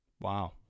Wow